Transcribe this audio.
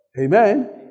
Amen